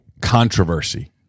controversy